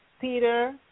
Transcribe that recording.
Peter